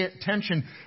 tension